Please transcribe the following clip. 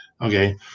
Okay